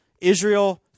Israel